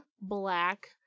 black